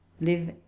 Live